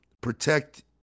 protect